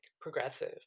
progressive